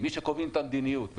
מי שקובעים את המדיניות,